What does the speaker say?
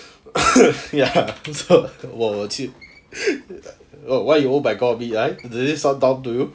ya so 我就 why you oh my god me ah does it sound dumb to you